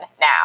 now